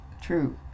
true